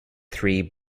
three